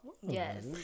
Yes